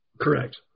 Correct